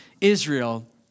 Israel